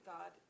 God